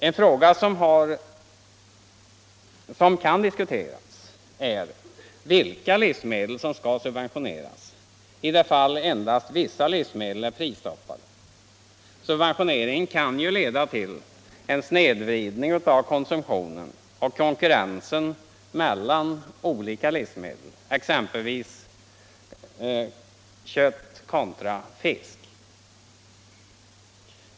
En fråga som kan diskuteras är vilka livsmedel som skall subventioneras i det fall endast vissa livsmedel är prisstoppade. Subventioneringen kan ju leda till en snedvridning av konsumtionen och konkurrensen mellan olika livsmedel, exempelvis kött kontra fisk.